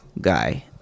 guy